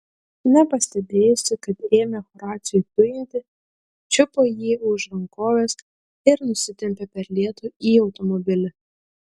nepastebėjusi kad ėmė horacijų tujinti čiupo jį už rankovės ir nusitempė per lietų į automobilį